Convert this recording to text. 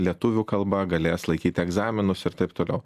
lietuvių kalba galės laikyti egzaminus ir taip toliau